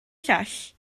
llall